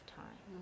time